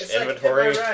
inventory